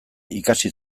ikasi